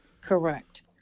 Correct